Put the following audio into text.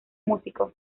músico